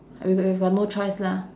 w~ we've got we've got no choice lah